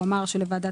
הוא אמר שלוועדת